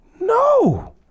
No